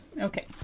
Okay